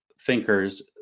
thinkers